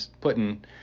putting